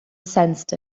sensed